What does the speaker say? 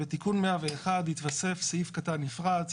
בתיקון 101 התווסף סעיף קטן נפרד,